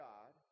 God